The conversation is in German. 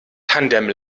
tandem